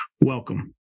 welcome